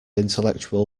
intellectual